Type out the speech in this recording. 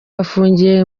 afungiye